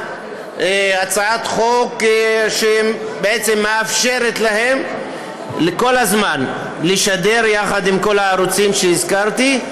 הצעת חוק שמאפשרת להם כל הזמן לשדר יחד עם כל הערוצים שהזכרתי.